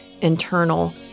internal